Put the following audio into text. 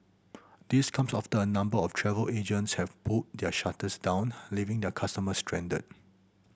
this comes after a number of travel agents have pulled their shutters down leaving their customers stranded